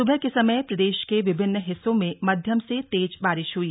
सुबह के समय प्रदेश के विभिन्न हिस्सों में मध्यम से तेज बारिश हुई